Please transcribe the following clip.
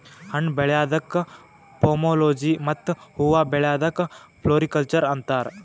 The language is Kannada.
ಹಣ್ಣ್ ಬೆಳ್ಯಾದಕ್ಕ್ ಪೋಮೊಲೊಜಿ ಮತ್ತ್ ಹೂವಾ ಬೆಳ್ಯಾದಕ್ಕ್ ಫ್ಲೋರಿಕಲ್ಚರ್ ಅಂತಾರ್